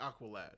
Aqualad